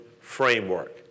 framework